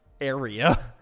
area